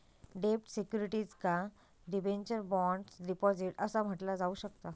डेब्ट सिक्युरिटीजका debentures, bonds, deposits असा म्हटला जाऊ शकता